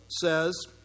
says